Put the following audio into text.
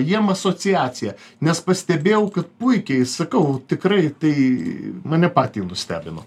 jiem asociacija nes pastebėjau kad puikiai sakau tikrai tai mane patį nustebino